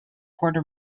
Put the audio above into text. puerto